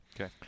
Okay